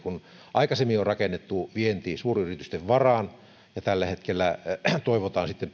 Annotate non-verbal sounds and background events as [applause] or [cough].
aikaisemmin on rakennettu vienti suuryritysten varaan ja tällä hetkellä toivotaan sitten [unintelligible]